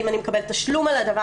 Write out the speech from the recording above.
האם אני מקבלת תשלום על זה?